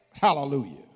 Hallelujah